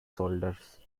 shoulders